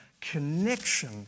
connection